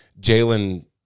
Jalen